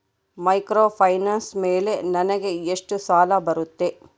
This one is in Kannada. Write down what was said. ಮೈಕ್ರೋಫೈನಾನ್ಸ್ ಮೇಲೆ ನನಗೆ ಎಷ್ಟು ಸಾಲ ಬರುತ್ತೆ?